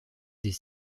des